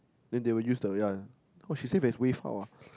then they will use the ya !woah! she sing there's wave out ah